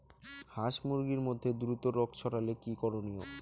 হাস মুরগির মধ্যে দ্রুত রোগ ছড়ালে কি করণীয়?